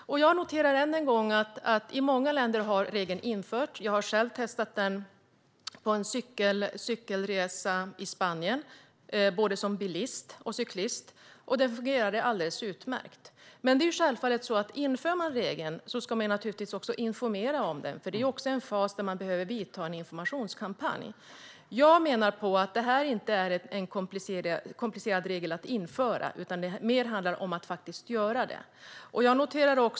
Jag noterar än en gång att regeln har införts i många länder. Jag har själv testat den på en cykelresa i Spanien, både som bilist och som cyklist. Den fungerade alldeles utmärkt. Men om man inför regeln ska man självfallet också informera om den. I den första fasen behöver man bedriva en informationskampanj. Jag menar att detta inte är någon komplicerad regel att införa, utan det handlar mer om att faktiskt göra det.